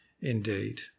indeed